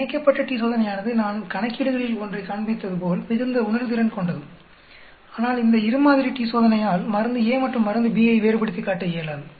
இணைக்கப்பட்ட t சோதனையானது நான் கணக்கீடுகளில் ஒன்றை காண்பித்ததுபோல் மிகுந்த உணர்திறன் கொண்டது ஆனால் இரு மாதிரி t சோதனையால் மருந்து A மற்றும் மருந்து B ஐ வேறுபடுத்திக் காட்ட இயலாது